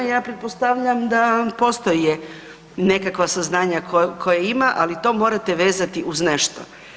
Ja pretpostavljam da postoje nekakva saznanja koja ima, ali to morate vezati uz nešto.